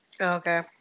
Okay